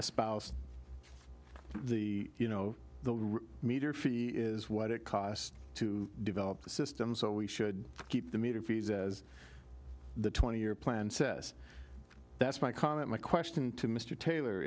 spouse the you know the meter fee is what it costs to develop the system so we should keep the meter fees as the twenty year plan says that's my comment my question to mr taylor